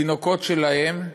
תינוקות שלהם,